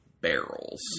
barrels